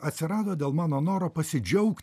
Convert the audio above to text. atsirado dėl mano noro pasidžiaugt